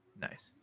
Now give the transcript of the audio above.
Nice